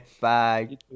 Bye